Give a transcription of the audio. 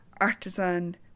artisan